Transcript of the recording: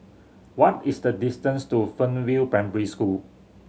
what is the distance to Fernvale Primary School